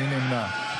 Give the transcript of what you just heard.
מי נמנע?